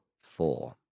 Four